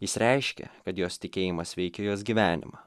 jis reiškia kad jos tikėjimas veikia jos gyvenimą